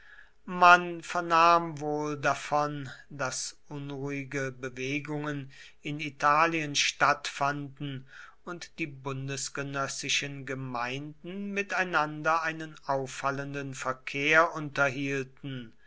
man vernahm wohl davon daß unruhige bewegungen in italien stattfänden und die bundesgenössischen gemeinden miteinander einen auffallenden verkehr unterhielten